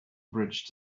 bridge